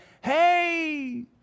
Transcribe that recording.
hey